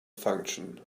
function